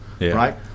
right